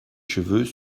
cheveux